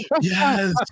yes